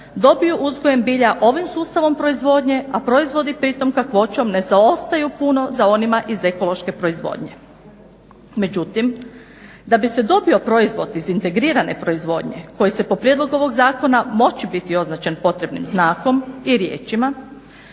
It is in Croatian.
dobiju uzgojem bilja ovim sustavom proizvodnje, a proizvodi pritom kakvoćom ne zaostaju puno za onima iz ekološke proizvodnje. Međutim, da bi se dobio proizvod iz integrirane proizvodnje koji se po prijedlogu ovog zakona moći biti označen potrebnim znakom i riječima